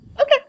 Okay